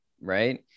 right